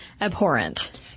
abhorrent